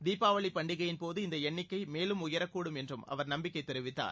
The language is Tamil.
தீபாவளிப் பண்டிகையின் போது இந்த எண்ணிக்கை மேலும் உயரக்கூடும் என்றும் அவர் நம்பிக்கை தெரிவித்தார்